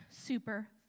super